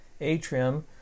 Atrium